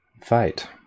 Fight